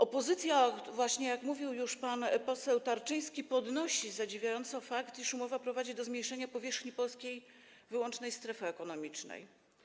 Opozycja właśnie, jak mówił już pan poseł Tarczyński, podnosi zadziwiająco fakt, iż umowa prowadzi do zmniejszenia powierzchni polskiej wyłącznej strefy ekonomicznej.